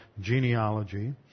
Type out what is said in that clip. genealogy